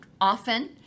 often